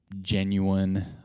genuine